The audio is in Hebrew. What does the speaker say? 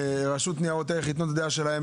ושרשות ניירות ערך יתנו את הדעה שלהם,